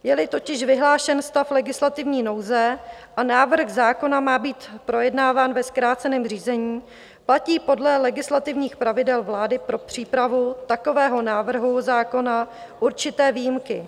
Jeli totiž vyhlášen stav legislativní nouze a návrh zákona má být projednáván ve zkráceném řízení, platí podle legislativních pravidel vlády pro přípravu takového návrhu zákona určité výjimky.